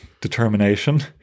determination